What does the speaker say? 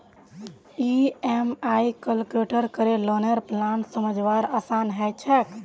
EMI calculate करे लौनेर plan समझवार आसान ह छेक